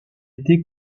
été